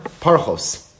parchos